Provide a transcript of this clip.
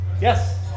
Yes